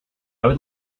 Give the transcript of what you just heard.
would